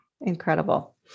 incredible